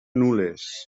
nules